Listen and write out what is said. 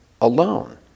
alone